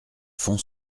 fond